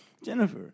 Jennifer